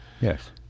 yes